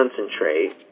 concentrate